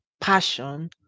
passion